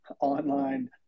online